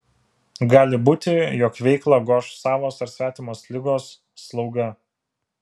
gali būti jog veiklą goš savos ar svetimos ligos slauga